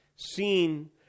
seen